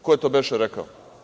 Ko je to beše rekao?